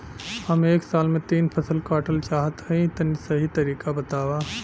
हम एक साल में तीन फसल काटल चाहत हइं तनि सही तरीका बतावा?